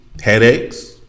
Headaches